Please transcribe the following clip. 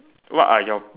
what are your